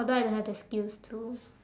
although I don't have the skills to